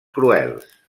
cruels